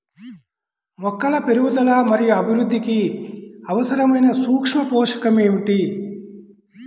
మొక్కల పెరుగుదల మరియు అభివృద్ధికి అవసరమైన సూక్ష్మ పోషకం ఏమిటి?